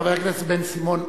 חבר הכנסת בן-סימון,